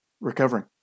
recovering